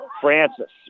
Francis